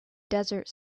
desert